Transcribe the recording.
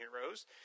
Heroes –